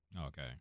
okay